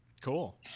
Cool